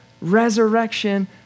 resurrection